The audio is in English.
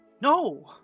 No